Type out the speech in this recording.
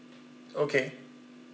okay